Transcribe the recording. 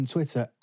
Twitter